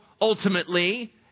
ultimately